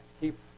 keep